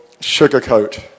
sugarcoat